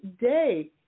day